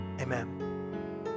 amen